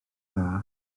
dda